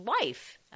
wife